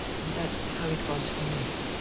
and that's how it was for me.